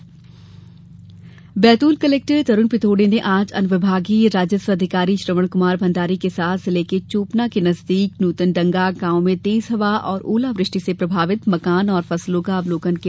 ओला नुकसान निरीक्षण बैतूल कलेक्टर तरूण कुमार पिथोड़े ने आज अनुविभागीय राजस्व अधिकारी श्रवण कुमार भंडारी के साथ जिले के चोपना के नजदीक नूतनडंगा गांव में तेज हवा और ओलावृष्टि से प्रभावित मकान और फसलों का अवलोकन किया